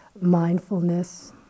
mindfulness